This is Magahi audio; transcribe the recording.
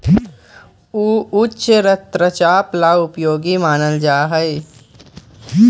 ऊ उच्च रक्तचाप ला उपयोगी मानल जाहई